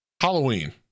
Halloween